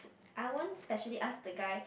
I won't specially ask the guy